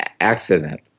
accident